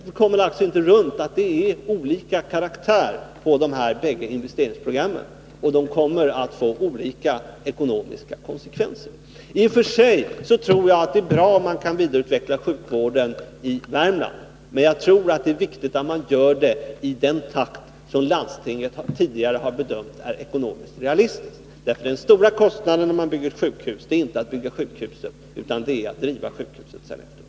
Vi kommer alltså inte förbi att de bägge investeringsprogrammen är av olika karaktär och att de kommer att få olika ekonomiska konsekvenser. I och för sig tror jag att det är bra om man kan vidareutveckla sjukvården i Värmland, men jag anser att det är viktigt att göra det i den takt som landstinget tidigare har bedömt vara ekonomiskt realistisk. Den stora kostnaden när man bygger sjukhus är inte att bygga sjukhuset, utan det är driva sjukhuset efteråt.